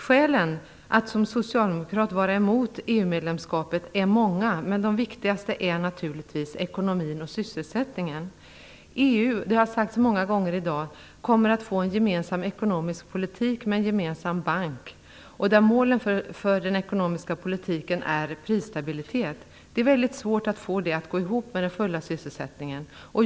Skälen till att som socialdemokrat vara mot EU medlemskapet är många, men de viktigaste gäller naturligtvis ekonomin och sysselsättningen. EU kommer att få, vilket har sagts många gånger här i dag, en gemensam ekonomisk politik med en gemensam bank. Målet för den ekonomiska politiken är prisstabilitet. Det är mycket svårt att få detta att gå ihop med full sysselsättning.